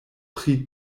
pri